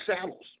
saddles